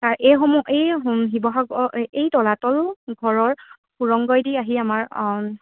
আ এইসমূহ এই শিৱসাগৰ এই তলাতল ঘৰৰ সুৰংগই দি আহি আমাৰ